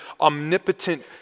omnipotent